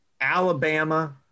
Alabama